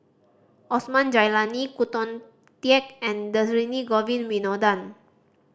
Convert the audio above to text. Osman Zailani Khoo Teik and Dhershini Govin Winodan